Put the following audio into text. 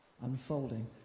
unfolding